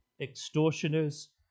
extortioners